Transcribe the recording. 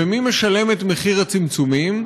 ומי משלם את מחיר הצמצומים?